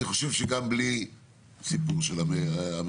אני חושב שגם בלי הסיפור של האמריקאים,